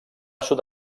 sud